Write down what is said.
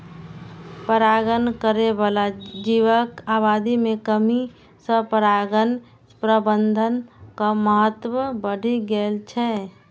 परागण करै बला जीवक आबादी मे कमी सं परागण प्रबंधनक महत्व बढ़ि गेल छै